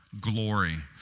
glory